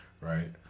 Right